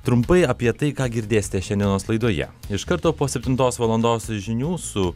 trumpai apie tai ką girdėsite šiandienos laidoje iš karto po septintos valandos žinių su